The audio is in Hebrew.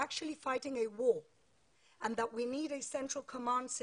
לאן הולכים ומה המסר ואיך ננצח במלחמה זה